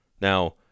Now